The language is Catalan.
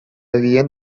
havien